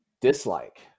dislike